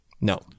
no